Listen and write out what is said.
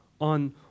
on